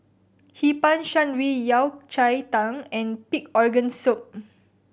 Hee Pan Shan Rui Yao Cai Tang and pig organ soup